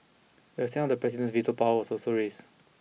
the extent of the president's veto powers was also raised